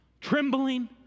trembling